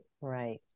right